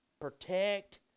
Protect